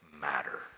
matter